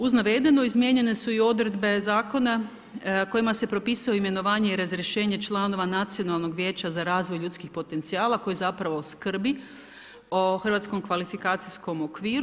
Uz navedene izmijenjene su i odredbe zakona kojima se propisuje imenovanje i razriješene članova Nacionalnog vijeća za razvoj ljudskih potencijala koji zapravo skrbi o hrvatskom kvalifikacijskom okviru.